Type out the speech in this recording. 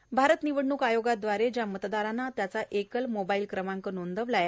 epic app भारत निवडणूक आयोगाव्दारा ज्या मतदाराने त्याचा एकल मोबाईल क्रमांक नोंदविलेला आहे